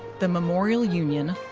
the memorial union,